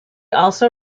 also